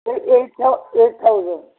eight eight thousand